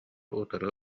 утары